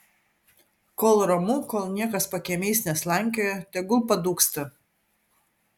kol ramu kol niekas pakiemiais neslankioja tegul padūksta